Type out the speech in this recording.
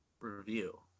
review